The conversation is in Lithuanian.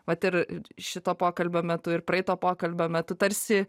vat ir šito pokalbio metu ir praeito pokalbio metu tarsi